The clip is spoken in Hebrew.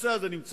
הנושא הזה נמצא,